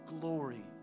glory